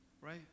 right